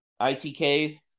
ITK